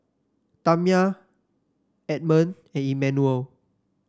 Tamya Edmond and Emmanuel